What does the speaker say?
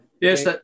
Yes